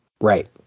Right